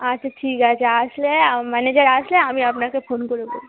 আচ্ছা ঠিক আছে আসলে ম্যানেজার আসলে আমি আপনাকে ফোন করে